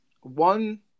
One